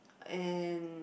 and